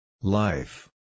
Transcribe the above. Life